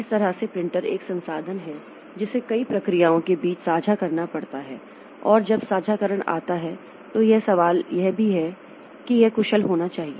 इस तरह से प्रिंटर एक संसाधन है जिसे कई प्रक्रियाओं के बीच साझा करना पड़ता है और जब साझाकरण आता है तो यह सवाल यह भी है कि यह कुशल होना चाहिए